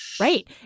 Right